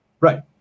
Right